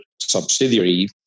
subsidiary